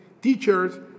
teachers